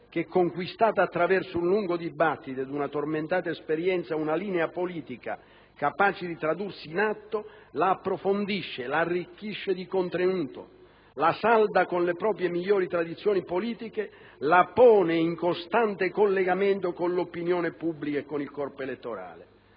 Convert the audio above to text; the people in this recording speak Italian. che, conquistata attraverso un lungo dibattito ed una tormentata esperienza una linea politica capace di tradursi in atto, la approfondisce, l'arricchisce di contenuto, la salda con le proprie migliori tradizioni politiche, la pone in costante collegamento con l'opinione pubblica e con il corpo elettorale».